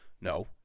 no